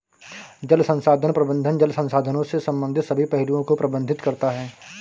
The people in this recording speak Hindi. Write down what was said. जल संसाधन प्रबंधन जल संसाधनों से संबंधित सभी पहलुओं को प्रबंधित करता है